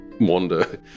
wander